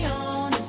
on